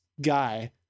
guy